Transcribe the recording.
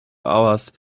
hours